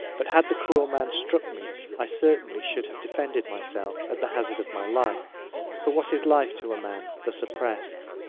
but had the cruel man struck me i certainly should have defended myself at the hazard of my life for what is life to a man thus oppressed?